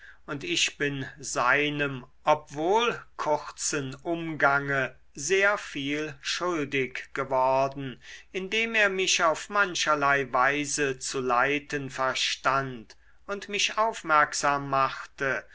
und ich bin seinem obwohl kurzen umgange sehr viel schuldig geworden indem er mich auf mancherlei weise zu leiten verstand und mich aufmerksam machte